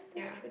yeah